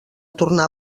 tornar